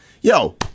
yo